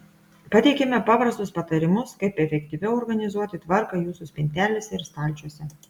pateikiame paprastus patarimus kaip efektyviau organizuoti tvarką jūsų spintelėse ir stalčiuose